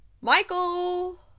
Michael